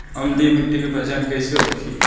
अम्लीय मिट्टी के पहचान कइसे होखे?